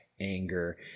anger